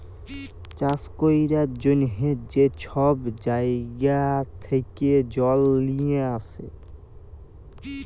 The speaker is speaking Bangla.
চাষ ক্যরার জ্যনহে যে ছব জাইগা থ্যাকে জল লিঁয়ে আসে